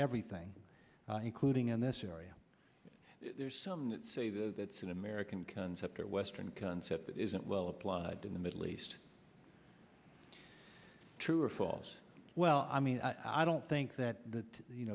everything including in this area there's some that say that that's an american concept or western concept isn't well applied in the middle east true or false well i mean i don't think that th